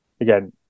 again